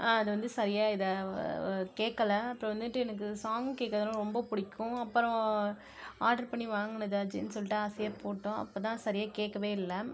அது வந்து சரியாக இதாக கேட்கல அப்புறம் வந்துட்டு எனக்கு சாங் கேட்குறதுனா ரொம்ப பிடிக்கும் அப்புறம் ஆட்ரு பண்ணி வாங்கினதாச்சே சொல்லிட்டு ஆசையாக போட்டோம் அப்போதான் சரியாக கேட்கவே இல்லை